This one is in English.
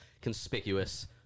conspicuous